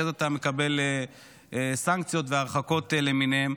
כי אז אתה מקבל סנקציות והרחקות למיניהן.